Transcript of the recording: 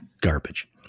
Garbage